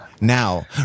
now